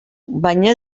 baina